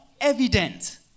evident